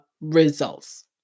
results